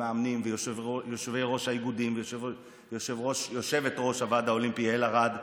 מאמנים ויושבי-ראש האיגודים ויושבת-ראש הוועד האולימפי יעל ארד.